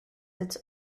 its